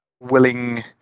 willing